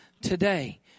today